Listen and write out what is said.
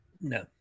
No